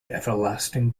everlasting